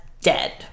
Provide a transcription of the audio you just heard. dead